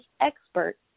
expert